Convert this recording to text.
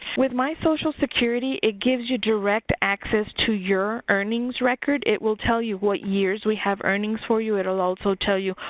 with my social security, it gives you direct access to your earnings record. it will tell you what years we have earnings for you. it will also tell you,